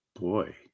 Boy